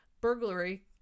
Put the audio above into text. Burglary